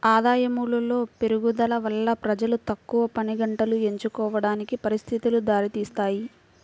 ఆదాయములో పెరుగుదల వల్ల ప్రజలు తక్కువ పనిగంటలు ఎంచుకోవడానికి పరిస్థితులు దారితీస్తాయి